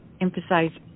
emphasize